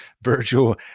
virtual